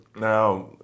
Now